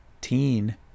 teen